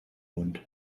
mund